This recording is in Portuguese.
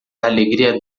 alegria